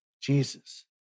Jesus